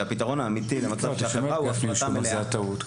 שהפתרון האמיתי למצב של החברה הוא הפרטה מלאה.